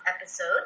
episode